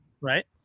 Right